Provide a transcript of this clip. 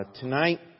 tonight